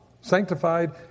Sanctified